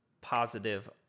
positive